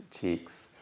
cheeks